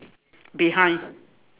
behind